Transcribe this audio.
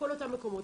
כל אותם מקומות.